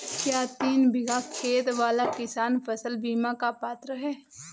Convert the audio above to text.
क्या तीन बीघा खेत वाला किसान फसल बीमा का पात्र हैं?